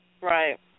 Right